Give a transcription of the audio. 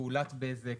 פעולת בזק,